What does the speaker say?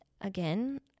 again